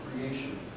creation